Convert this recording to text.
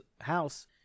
house